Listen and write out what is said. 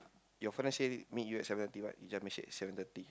your friend message say meet you at seven thirty right he just message seven thirty